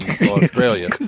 Australia